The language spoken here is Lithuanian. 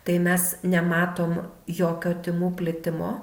tai mes nematom jokio tymų plitimo